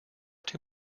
too